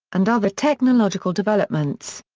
and other technological developments.